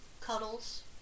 Cuddles